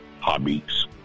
hobbies